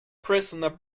prisoner